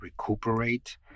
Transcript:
recuperate